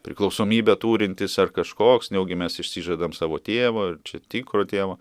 priklausomybę turintis ar kažkoks nejaugi mes išsižadam savo tėvo ir čia tikro tėvo